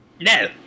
No